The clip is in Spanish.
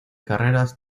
carreras